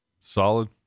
Solid